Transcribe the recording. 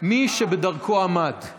ממי שבדרכו עמד //